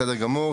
בסדר גמור.